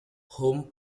home